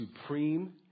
supreme